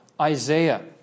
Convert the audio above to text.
Isaiah